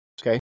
Okay